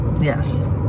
Yes